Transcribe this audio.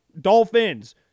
Dolphins